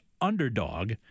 underdog